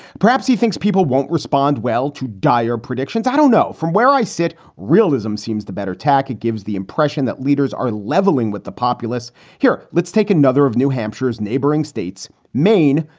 perhaps he thinks people won't respond well to dire predictions. i don't know from where i sit. realism seems the better tack. it gives the impression that leaders are leveling with the populace here. let's take another of new hampshire's neighboring states, maine.